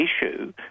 issue